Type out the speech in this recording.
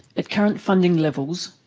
at current funding levels,